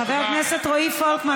חבר הכנסת רועי פולקמן,